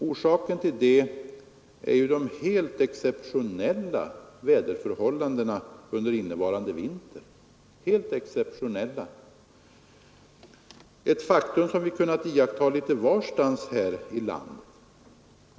Orsaken till detta är de helt exceptionella värderleksförhållanden som rått under innevarande vinter, ett faktum som vi kunnat iaktta litet varstans i landet.